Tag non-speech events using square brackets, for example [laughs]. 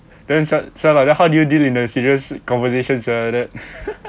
then !siala! like that then how do you deal in a serious conversation sia like that [laughs]